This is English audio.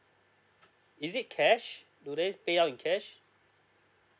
is it cash do they pay out in cash